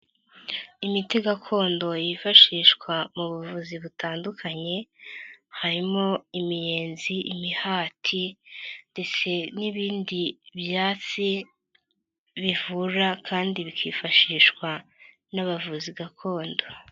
Imiti gakondo yifashishwa mu buvuzi butandukanye harimo imiyenzi, imihati ndetse n'ibindi byatsi bivura kandi bikifashishwa n'abavuzi gakondo.